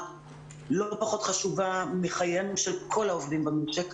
לא פחות חשובה מחייהם של כל העובדים במשק,